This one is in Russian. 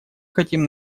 хотим